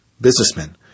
businessmen